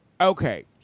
okay